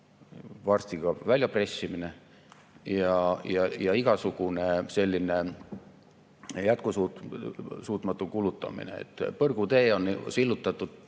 varsti ka väljapressimine ja igasugune selline jätkusuutmatu kulutamine. Põrgutee on sillutatud